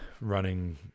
running